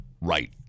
Right